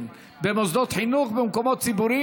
הינני מתכבד להודיעכם,